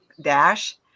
dash